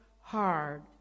hard